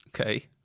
Okay